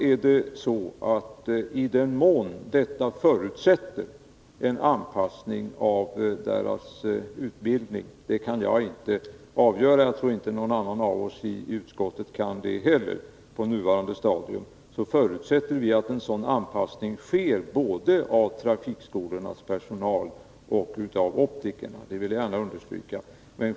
I den mån detta förutsätter en anpassning av deras utbildning — det kan jag inte avgöra och inte någon annan i utskottet heller på nuvarande stadium — utgår vi från att en sådan anpassning sker både av trafikskolornas personal och av optikerna. Det vill jag gärna understryka.